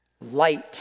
light